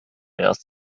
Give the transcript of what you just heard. erst